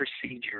procedure